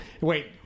wait